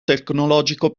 tecnologico